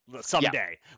someday